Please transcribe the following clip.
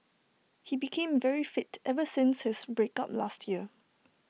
he became very fit ever since his break up last year